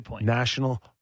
National